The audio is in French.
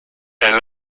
elle